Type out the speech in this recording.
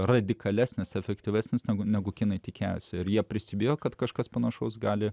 radikalesnis efektyvesnis negu negu kinai tikėjosi ir jie prisibijo kad kažkas panašaus gali